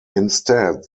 instead